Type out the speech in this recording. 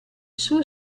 suo